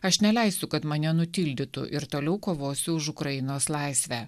aš neleisiu kad mane nutildytų ir toliau kovosiu už ukrainos laisvę